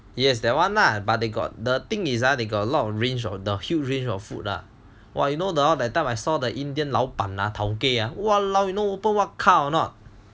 yes that [one] lah but they got the thing is they got a lot of range got huge range of food lah !wah! you know the that time I saw the indian 老板 ah towkay ah !walao! you know open what car or not